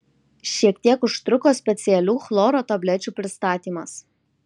šiek tiek užtruko specialių chloro tablečių pristatymas